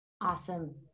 Awesome